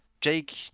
Jake